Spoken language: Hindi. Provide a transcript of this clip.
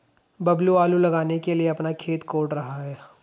बबलू आलू लगाने के लिए अपना खेत कोड़ रहा है